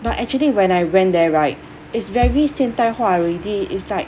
but actually when I went there right it's very 现代化 already is like